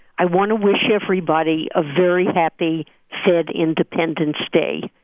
i want to wish everybody a very happy fed independence day.